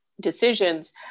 decisions